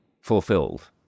fulfilled